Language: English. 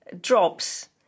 drops